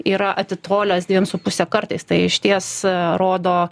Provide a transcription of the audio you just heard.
yra atitolęs dviem su puse kartais tai išties rodo